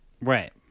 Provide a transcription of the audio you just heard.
Right